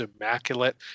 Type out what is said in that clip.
immaculate